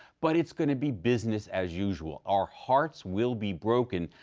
but it's going to be business as usual. our hearts will be broken,